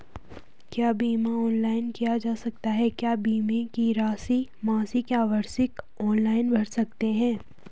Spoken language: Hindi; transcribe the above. क्या बीमा ऑनलाइन किया जा सकता है क्या बीमे की राशि मासिक या वार्षिक ऑनलाइन भर सकते हैं?